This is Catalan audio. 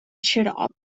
xarop